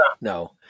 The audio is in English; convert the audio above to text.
No